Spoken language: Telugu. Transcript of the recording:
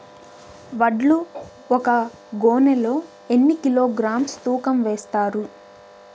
వడ్లు ఒక గోనె లో ఎన్ని కిలోగ్రామ్స్ తూకం వేస్తారు?